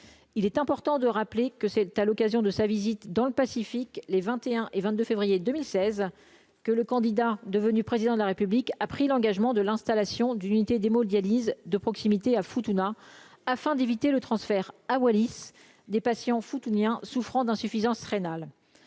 il est important de rappeler que c'est à l'occasion de sa visite dans le Pacifique, les 21 et 22 février 2016 que le candidat devenu président de la République a pris l'engagement de l'installation d'une unité d'hémodialyse de proximité à Futuna afin d'éviter le transfert à Wallis des patients Futuniens souffrant d'insuffisance rénale,